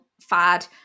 fad